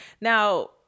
now